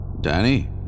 Danny